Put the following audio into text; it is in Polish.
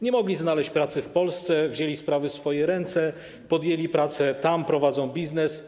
Nie mogli znaleźć pracy w Polsce, wzięli sprawy w swoje ręce, podjęli pracę, tam prowadzą biznes.